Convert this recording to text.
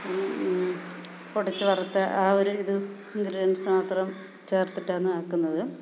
പൊടിച്ച് വറത്ത് ആ ഒരു ഇത് ഇൻഗ്രീഡിയൻസ് മാത്രം ചേർത്തിട്ടാണ് ആക്കുന്നത്